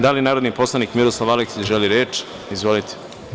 Da li narodni poslanik Miroslav Aleksić želi reč? (Da.) Izvolite.